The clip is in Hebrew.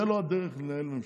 זו לא הדרך לנהל ממשלה.